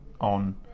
on